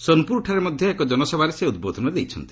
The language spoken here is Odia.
ସୋନ୍ପୁରଠାରେ ମଧ୍ୟ ଏକ ଜନସଭାରେ ସେ ଉଦ୍ବୋଧନ ଦେଇଛନ୍ତି